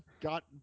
got